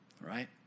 right